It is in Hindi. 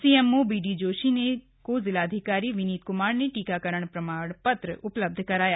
सीएमओ बीडी जोशी को जिलाधिकारी विनित कुमार ने टीकाकरण प्रमाण श्त्र उथलब्ध कराया